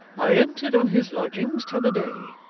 i entered on his lodgings t'other day,